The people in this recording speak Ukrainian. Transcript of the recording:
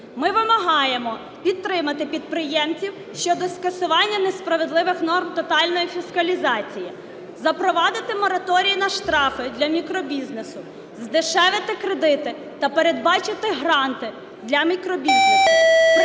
Ми вимагаємо підтримати підприємців щодо скасування несправедливих норм тотальної фіскалізації, запровадити мораторій на штрафи для мікробізнесу, здешевити кредити та передбачити гранти для мікробізнесу,